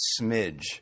smidge